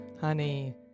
Honey